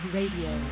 Radio